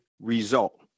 result